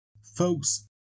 Folks